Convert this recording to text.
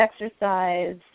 exercise